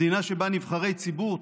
מדינה שבה נבחרי ציבור,